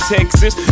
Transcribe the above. Texas